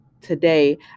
today